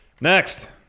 Next